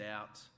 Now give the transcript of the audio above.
out